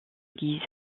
guise